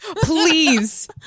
please